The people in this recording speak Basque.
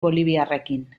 boliviarrekin